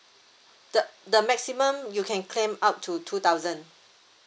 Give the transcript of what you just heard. the the maximum you can claim up to two thousand